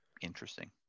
Interesting